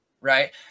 Right